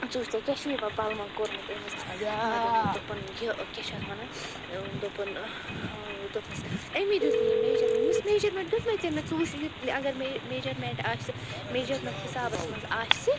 ٲں ژٕ وُچھ ژےٚ کیٛاہ چھُے یِمن پَلوَن کوٚرمُت أمِس دوٚپُن یہِ کیٛاہ چھِ اَتھ وَنان ٲں دوٚپُن دوٚپنیٚس أمی دیٛت مےٚ یہِ میجَرمیٚنٛٹ مےٚ ووٚنمَس میجَرمیٚنٛٹ دیٛتمٔے ژےٚ مےٚ ژٕ وُچھ یہِ اگر مےٚ یہِ میجَرمیٚنٛٹ آسہِ میجَرمیٚنٛٹ حِسابَس منٛز آسہِ